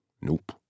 Nope